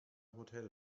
hotel